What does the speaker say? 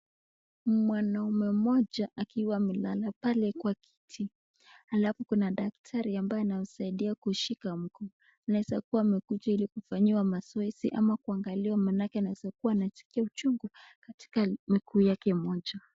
Mwanaume moja akiwa amelala pale kwa kiti halafu kuna daktari ambaye anamsaidia kushika mguu. Anaeza kuwa amekuja ili kufanyiwa mazoezi ama kunagaliwa maanake anaeza kuwa anaskia uchungu katika miguu yake moja.